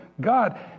God